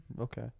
Okay